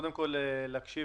קודם כול, זה